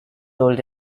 told